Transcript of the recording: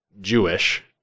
Jewish